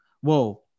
Whoa